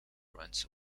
runs